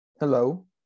Hello